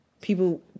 people